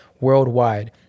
worldwide